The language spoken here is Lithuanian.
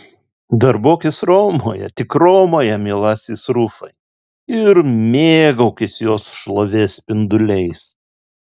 darbuokis romoje tik romoje mielasis rufai ir mėgaukis jos šlovės spinduliais